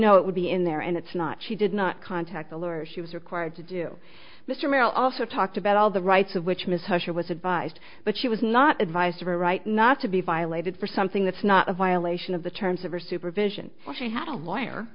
know it would be in there and it's not she did not contact the lawyer she was required to do mr merrill also talked about all the rights of which ms how she was advised but she was not advised of her right not to be violated for something that's not a violation of the terms of her supervision when she had a lawyer